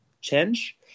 change